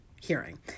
hearing